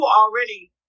already